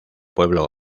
pueblo